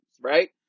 right